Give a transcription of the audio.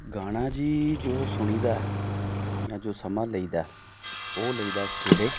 ਗਾਣਾ ਜੀ ਜੋ ਸੁਣੀਦਾ ਜਾਂ ਜੋ ਸਮਾਂ ਲਈਦਾ ਉਹ ਲਈਦਾ ਸਵੇਰੇ